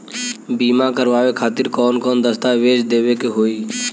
बीमा करवाए खातिर कौन कौन दस्तावेज़ देवे के होई?